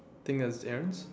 think that was Terence